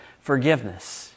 forgiveness